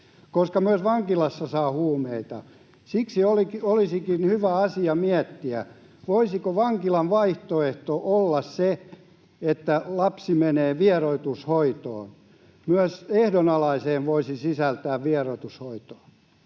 koska myös vankilassa saa huumeita. Siksi olisikin hyvä asia miettiä, voisiko vankilan vaihtoehto olla se, että lapsi menee vieroitushoitoon. Myös ehdonalaiseen voisi sisällyttää vieroitushoitoa.